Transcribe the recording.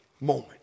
moment